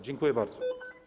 Dziękuję bardzo.